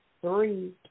three